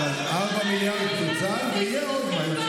4 מיליארד נוצלו, ויהיה עוד.